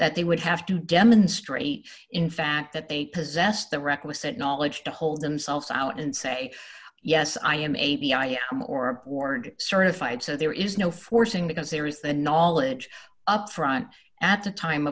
that they would have to demonstrate in fact that they possess the requisite knowledge to hold themselves out and say yes i am a b i am or a board certified so there is no forcing because there is the knowledge up front at the time